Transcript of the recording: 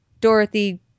Dorothy